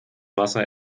wasser